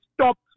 stop